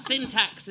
Syntax